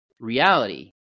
reality